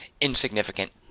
insignificant